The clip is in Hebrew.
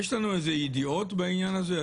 יש לנו איזה ידיעות בעניין הזה?